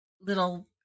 little